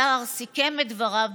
השר סיכם את דבריו: